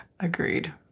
Agreed